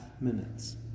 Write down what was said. minutes